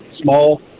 small